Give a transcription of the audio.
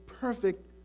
perfect